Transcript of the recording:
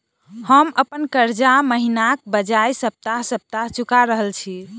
हम अप्पन कर्जा महिनाक बजाय सप्ताह सप्ताह चुका रहल छि